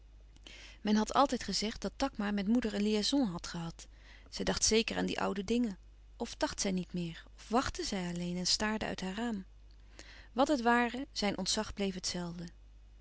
men had altijd gezegd dat takma met moeder een liaison had gehad zij dacht zeker aan die oude dingen of dacht zij niet meer of wachtte zij alleen en staarde uit haar raam wat het ware zijn ontzag bleef